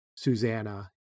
Susanna